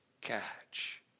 catch